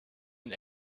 and